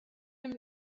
him